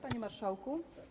Panie Marszałku!